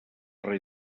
rei